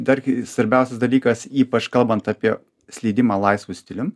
dar svarbiausias dalykas ypač kalbant apie slydimą laisvu stilium